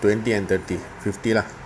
twenty and thirty fifty lah